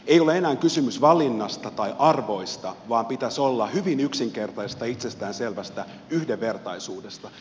ei ole enää kysymys valinnasta tai arvoista vaan pitäisi olla kyse hyvin yksinkertaisesta itsestään selvästä yhdenvertaisuudesta